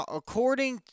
according